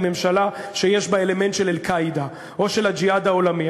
ממשלה שיש בה אלמנט של "אל-קאעידה" או של הג'יהאד העולמי,